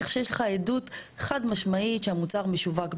כך שיש לך עדות חד משמעית שהמוצר משווק באירופה.